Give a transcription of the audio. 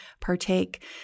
partake